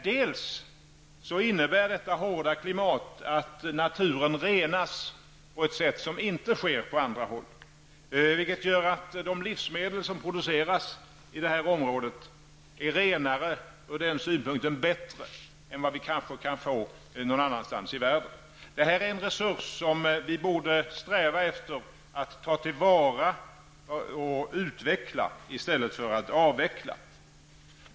Dels innebär detta hårda klimat att naturen renas på ett sätt som inte sker på andra håll, vilket gör att de livsmedel som produceras i det här området är renare och på så sätt kanske bättre än någon annanstans i världen. Detta är en resurs som vi borde sträva efter att ta till vara och utveckla i stället för att avveckla.